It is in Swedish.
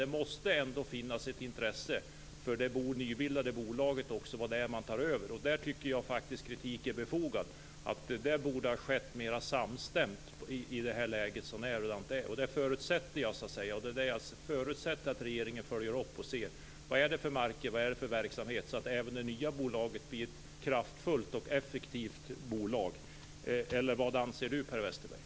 Det måste ändå finnas ett intresse i det nybildade bolaget för det som man tar över. Jag tycker att det är en befogad kritik mot detta. Det borde ha skett mera samstämt i det läge som råder. Jag förutsätter att regeringen följer upp vilka marker och vilken verksamhet det gäller, så att även det nya bolaget blir kraftfullt och effektivt. Eller vad anser Per Westerberg?